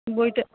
বইটা